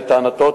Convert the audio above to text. לטענתו,